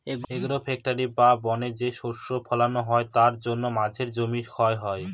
agro forestry বা বনে যে শস্য ফলানো হয় তার জন্য মাঝের জমি ক্ষয় হয়